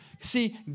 See